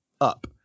up